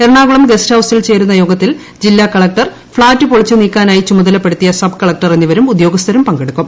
Ernakulam guest ഹൌസിൽ ചേരുന്നു യ്യോഗത്തിൽ ജില്ലാ കളക്ടർ ഫ്ളാറ്റ് പൊളിച്ചു നീക്കാനായി പ്രാചൂമത്ലപ്പെടുത്തിയ സബ്കളക്ടർ എന്നിവരും ഉദ്യോഗസ്ഥരും പ്പങ്കെടുക്കും